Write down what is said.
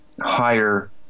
higher